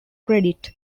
credit